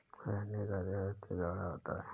अरंडी का तेल अत्यधिक गाढ़ा होता है